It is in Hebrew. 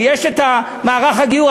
ויש מערך הגיור,